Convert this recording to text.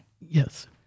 yes